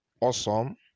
awesome